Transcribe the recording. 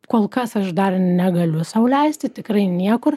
kol kas aš dar negaliu sau leisti tikrai niekur